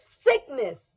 sickness